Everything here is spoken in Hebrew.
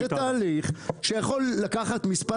זה תהליך שיכול לקחת מספר